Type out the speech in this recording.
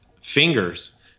fingers